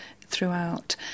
throughout